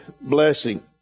blessing